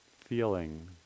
feeling